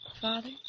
Father